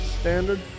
standard